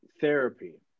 therapy